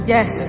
Yes